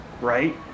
right